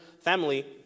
family